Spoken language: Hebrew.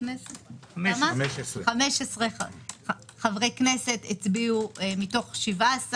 ש-15 חברי כנסת הצביעו מתוך 17,